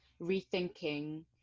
rethinking